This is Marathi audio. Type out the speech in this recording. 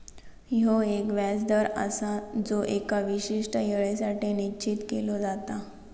ह्यो एक व्याज दर आसा जो एका विशिष्ट येळेसाठी निश्चित केलो जाता